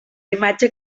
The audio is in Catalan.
imatge